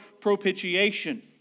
propitiation